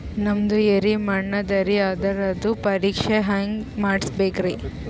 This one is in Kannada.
ನಮ್ದು ಎರಿ ಮಣ್ಣದರಿ, ಅದರದು ಪರೀಕ್ಷಾ ಹ್ಯಾಂಗ್ ಮಾಡಿಸ್ಬೇಕ್ರಿ?